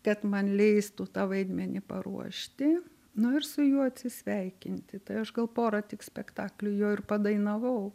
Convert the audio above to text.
kad man leistų tą vaidmenį paruošti nu ir su juo atsisveikinti tai aš gal porą tik spektaklių jo ir padainavau